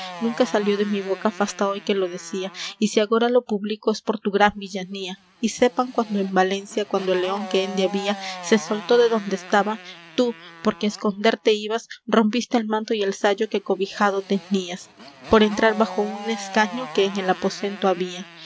nunca salió de mi boca fasta hoy que lo decía y si agora lo publico es por tu gran villanía y sepan cuando en valencia cuando el león que ende había se soltó de donde estaba tú porque á esconderte ibas rompiste el manto y el sayo que cobijado tenías por entrar bajo un escaño que en el aposento había no